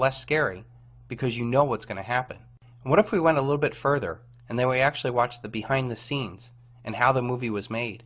less scary because you know what's going to happen what if we went a little bit further and then we actually watched the behind the scenes and how the movie was made